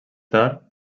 tard